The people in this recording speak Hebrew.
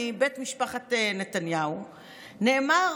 מבית משפחת נתניהו נאמר,